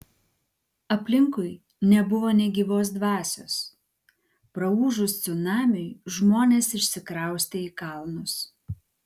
aplinkui nebuvo nė gyvos dvasios praūžus cunamiui žmonės išsikraustė į kalnus